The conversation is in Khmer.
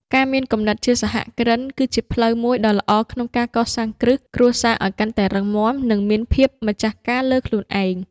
ការមានគំនិតជាសហគ្រិនគឺជាផ្លូវមួយដ៏ល្អក្នុងការកសាងគ្រឹះគ្រួសារឱ្យកាន់តែរឹងមាំ និងមានភាពម្ចាស់ការលើខ្លួនឯង។